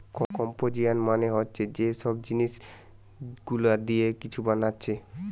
composition মানে হচ্ছে যে সব জিনিস গুলা দিয়ে কিছু বানাচ্ছে